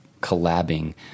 collabing